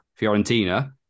Fiorentina